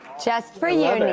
just for you, and